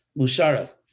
Musharraf